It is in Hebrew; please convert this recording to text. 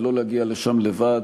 ולא להגיע לשם לבד,